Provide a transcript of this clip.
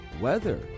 weather